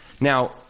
Now